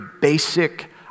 basic